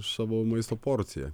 savo maisto porciją